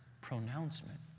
pronouncement